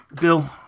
Bill